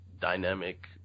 dynamic